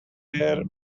tear